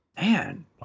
Man